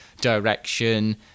direction